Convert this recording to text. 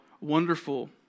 wonderful